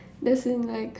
that's in like